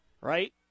Right